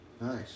Nice